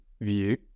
view